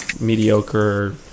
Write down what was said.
mediocre